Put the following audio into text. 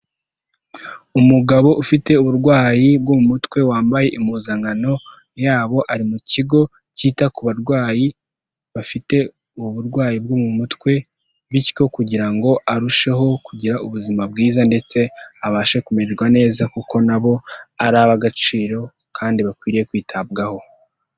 Umugabo ufite uburwayi bwo mu mutwe wambaye impuzankano yabo, ari mu kigo cyita ku barwayi bafite uburwayi bwo mu mutwe, bityo kugira ngo arusheho kugira ubuzima bwiza ndetse abashe kumererwa neza kuko na bo ari ab'agaciro kandi bakwiriye kwitabwaho.